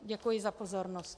Děkuji za pozornost.